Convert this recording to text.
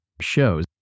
shows